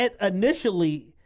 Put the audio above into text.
initially